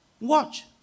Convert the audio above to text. Watch